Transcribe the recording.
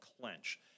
clench